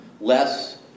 less